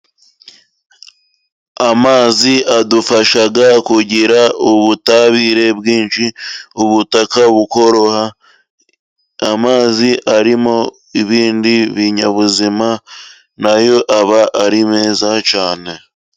Amazi adufasha kugira ubutabire bwinshi. Ubutaka amazi arimo ibindi binyabuzima na yo aba ari meza cyane.